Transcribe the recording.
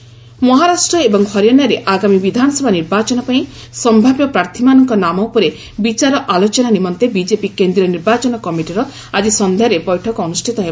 BJP meeting Maharashtra ଏବଂ ହରିଆଣାରେ ଆଗାମୀ ବିଧାନସଭା ନିର୍ବାଚନ ପାଇଁ ସମ୍ଭାବ୍ୟ ପ୍ରାର୍ଥୀଙ୍କ ନାମ ଉପରେ ବିଚାର ଆଲୋଚନା ନିମନ୍ତେ ବିଜେପି କେନ୍ଦ୍ରୀୟ ନିର୍ବାଚନ କମିଟିର ଆଜି ସନ୍ଧ୍ୟାରେ ବୈଠକ ଅନୁଷ୍ଠିତ ହେବ